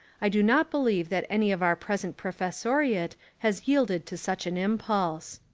i do not believe that any of our present professoriate has yield ed to such an impulse.